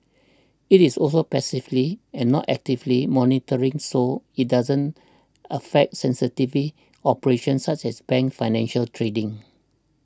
it is also passively and not actively monitoring so it doesn't affect sensitively operations such as a bank's financial trading